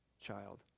child